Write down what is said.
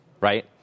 right